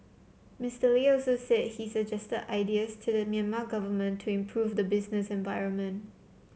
Mister Lee also said he suggested ideas to the Myanmar government to improve the business environment